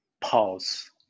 pause